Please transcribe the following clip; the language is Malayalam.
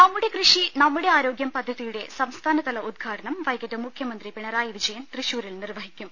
നമ്മുടെ കൃഷി നമ്മുടെ ആരോഗ്യം പദ്ധതിയുടെ സംസ്ഥാന തല ഉദ്ഘാടനം വൈകിട്ട് മുഖ്യമന്ത്രി പിണറായി വിജയൻ തൃശൂ രിൽ നിർവഹിക്കും